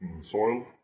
soil